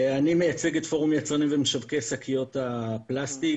אני מייצג את פורום ייצרני ומשווקי שקיות הפלסטיק,